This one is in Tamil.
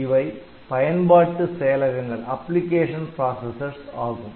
இவை பயன்பாட்டு செயலகங்கள் ஆகும்